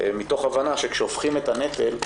מתוך הבנה שכשהופכים את הנטל,